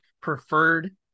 preferred